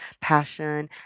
passion